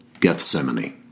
Gethsemane